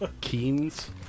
Keens